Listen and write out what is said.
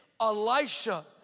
Elisha